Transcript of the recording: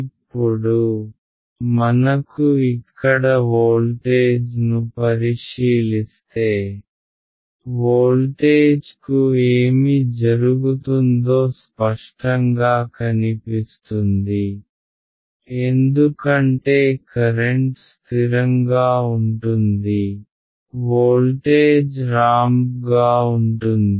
ఇప్పుడు మనకు ఇక్కడ వోల్టేజ్ ను పరిశీలిస్తే వోల్టేజ్కు ఏమి జరుగుతుందో స్పష్టంగా కనిపిస్తుంది ఎందుకంటే కరెంట్ స్థిరంగా ఉంటుంది వోల్టేజ్ రాంప్గా ఉంటుంది